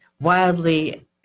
wildly